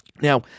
now